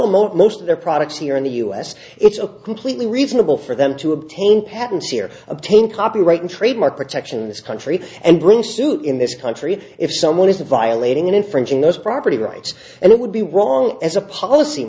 more most of their products here in the us it's a completely reasonable for them to obtain patents here obtain copyright and trademark protection in this country and bring suit in this country if someone is violating an infringing those property rights and it would be wrong as a policy